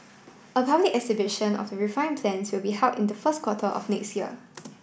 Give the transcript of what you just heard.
a public exhibition of the refine plans will be held in the first quarter of next year